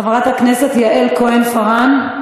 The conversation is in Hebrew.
חברת הכנסת יעל כהן-פארן,